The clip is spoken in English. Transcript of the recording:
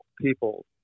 people